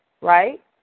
right